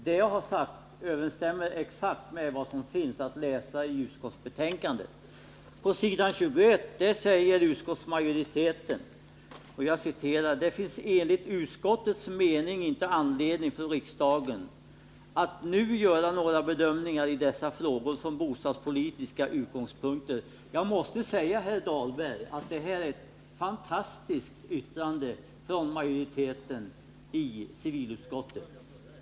Vad jag har anfört överensstämmer exakt med vad som finns att läsa i utskottets betänkande på s. 21, där utskottsmajoriteten uttalar: ”Det finns enligt utskottets mening inte anledning för riksdagen att nu göra några bedömningar i dessa frågor från bostadspolitiska utgångspunkter.” Jag måste säga till Rolf Dahlberg att detta är ett fantastiskt yttrande från civilutskottets majoritet.